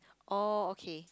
oh okay